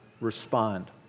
respond